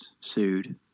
sued